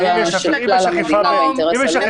ראייה של כלל המדינה והאינטרס הלאומי.